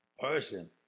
person